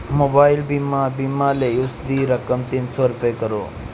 mobile ਬੀਮਾ ਬੀਮਾ ਲਈ ਉਸ ਦੀ ਰਕਮ ਤਿੰਨ ਸੌ ਰੁਪਏ ਕਰੋ